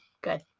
good